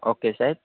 okay Saheb